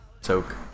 soak